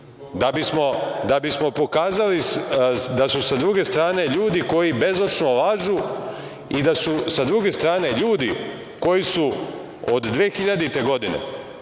da bismo pokazali da su sa druge strane ljudi koji bezočno lažu i da su sa druge strane ljudi koji su od 2000. godine,